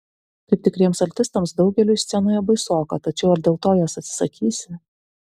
kaip tikriems artistams daugeliui scenoje baisoka tačiau ar dėl to jos atsisakysi